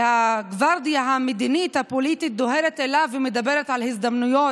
והגוורדיה המדינית הפוליטית דוהרת אליו ומדברת על הזדמנויות.